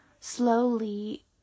slowly